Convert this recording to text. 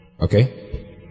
Okay